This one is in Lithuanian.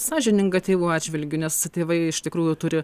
sąžininga tėvų atžvilgiu nes tėvai iš tikrųjų turi